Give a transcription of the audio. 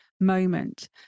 moment